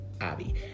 abby